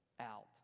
out